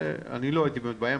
אני לא הייתי באמת בים,